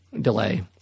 delay